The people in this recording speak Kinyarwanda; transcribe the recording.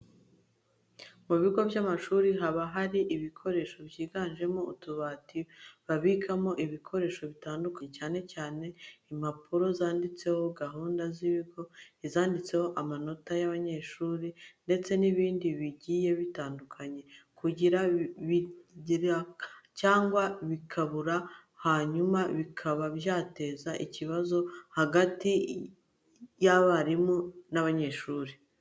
Ku bigo by'amashuri haba hari ibikoresho byiganjemo utubati babikamo ibikoresho bitandukanye, cyane cyane imapuro zanditseho gahunda z'ikigo, izanditseho amanota y'abanyeshuri ndetse n'ibindi bigiye bitandukanye kugira bitangirika cyangwa bikabura, hanyuma bikaba byateza ikibazo hagati y'abarimu n'abanyeshuri.